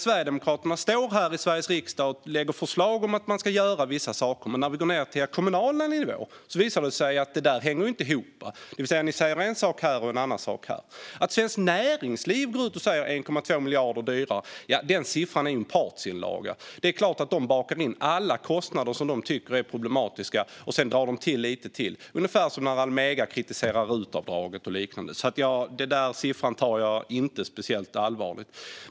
Sverigedemokraterna lägger alltså förslag här i Sveriges riksdag om att man ska göra vissa saker, men när man går till kommunal nivå visar det sig att det inte hänger ihop. De säger en sak här och en annan sak där. Att Svenskt Näringsliv säger att det blir 1,2 miljarder dyrare måste ses som en partsinlaga. De bakar såklart in alla kostnader som de ser som problematiska, och sedan drar de till med lite till. Det är ungefär som när Almega kritiserar RUT-avdraget och liknande. Jag tar inte den där siffran på särskilt stort allvar.